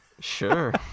Sure